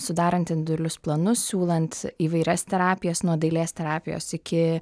sudarant individualius planus siūlant įvairias terapijas nuo dailės terapijos iki